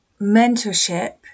mentorship